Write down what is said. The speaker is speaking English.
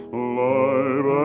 alive